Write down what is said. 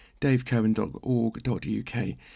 davecohen.org.uk